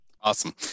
awesome